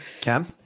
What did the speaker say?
Cam